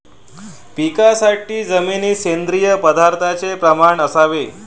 पिकासाठी जमिनीत सेंद्रिय पदार्थाचे प्रमाण असावे